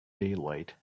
daylight